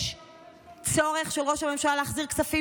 יש צורך של ראש שהממשלה להחזיר כספים